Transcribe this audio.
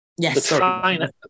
Yes